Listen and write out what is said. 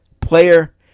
player